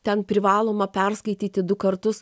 ten privaloma perskaityti du kartus